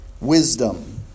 wisdom